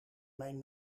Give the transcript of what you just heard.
mijn